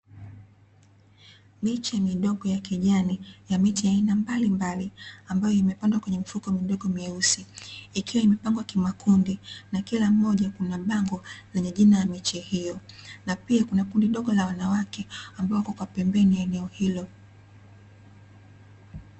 Miche midogo ya kijani ya miti aina mbalimbali ambayo imepandwa kwenye mifuko midogo meusi, ikiwa imepangwa kimakundi, na kila mmoja kuna bango lenye jina la miche hiyo, na pia kuna kundi dogo la wanawake ambao wako kwa pembeni ya eneo hilo.